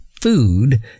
food